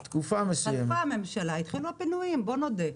התחלפה הממשלה התחילו הפינויים, בוא נודה.